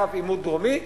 קו עימות דרומי,